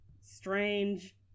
strange